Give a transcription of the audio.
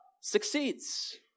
succeeds